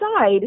side